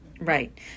Right